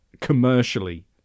commercially